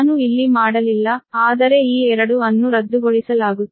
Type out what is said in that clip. ನಾನು ಇಲ್ಲಿ ಮಾಡಲಿಲ್ಲ ಆದರೆ ಈ 2 ಅನ್ನು ರದ್ದುಗೊಳಿಸಲಾಗುತ್ತದೆ